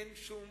אין שום